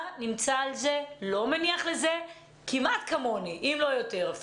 נמצא על זה ולא מניח לזה כמעט כמוני, אם לא יותר.